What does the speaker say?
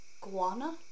Guana